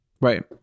Right